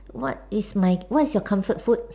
what is my what is your comfort food